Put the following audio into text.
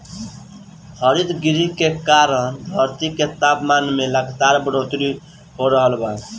हरितगृह के कारण धरती के तापमान में लगातार बढ़ोतरी हो रहल बा